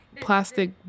plastic